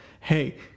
hey